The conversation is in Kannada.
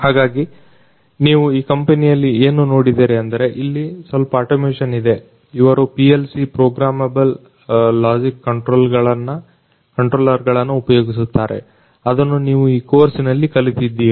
ಹಾಗಾಗಿ ನೀವು ಈ ಕಂಪನಿಯಲ್ಲಿ ಏನು ನೋಡಿದಿರಿ ಎಂದರೆ ಇಲ್ಲಿ ಸ್ವಲ್ಪ ಅಟೊಮೇಶನ್ ಇದೆ ಇವರು PLC ಪ್ರೋಗ್ರಾಮಬಲ್ ಲಾಜಿಕ್ ಕಂಟ್ರೊಲರ್ಗಳನ್ನ ಉಪಯೋಗಿಸುತ್ತಾರೆ ಅದನ್ನ ನೀವು ಈ ಕೋರ್ಸಿನಲ್ಲಿ ಕಲಿತಿದ್ದೀರಿ